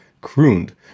crooned